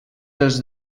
dels